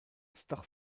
star